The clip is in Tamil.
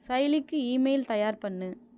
சைலிக்கு ஈமெயில் தயார் பண்ணு